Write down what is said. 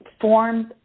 forms